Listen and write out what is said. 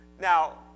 Now